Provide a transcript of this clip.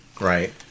right